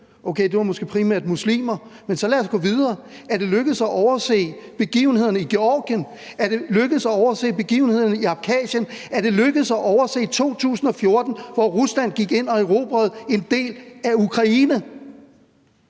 Okay, det var måske primært muslimer. Men så lad os gå videre. Er det lykkedes at overse begivenhederne i Georgien? Er det lykkedes at overse begivenhederne i Abkhasien? Er det lykkedes at overse 2014, hvor Rusland gik ind og erobrede en del af Ukraine?